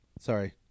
Sorry